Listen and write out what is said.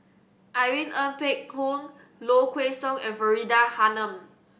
Irene Ng Phek Hoong Low Kway Song and Faridah Hanum